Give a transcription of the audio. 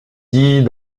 dis